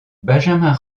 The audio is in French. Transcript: benjamin